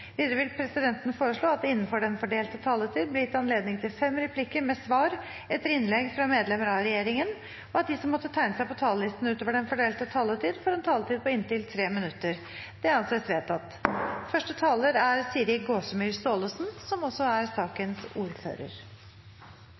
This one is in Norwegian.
Videre vil presidenten foreslå at det – innenfor den fordelte taletid – blir gitt anledning til fem replikker med svar etter innlegg fra medlemmer av regjeringen, og at de som måtte tegne seg på talerlisten utover den fordelte taletid, får en taletid på inntil 3 minutter. – Det anses vedtatt. Jeg vil gjerne starte med å takke komiteen for et veldig godt samarbeid, som